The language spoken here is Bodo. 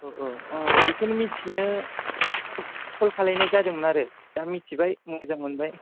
औ औ बेखौनो मिथिनो कल खालायनाय जादोंमोन आरो दा मिथिबाय मोजां मोनबाय